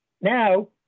now